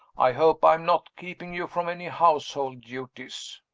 i hope i am not keeping you from any household duties?